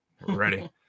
ready